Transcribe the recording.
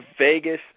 Vegas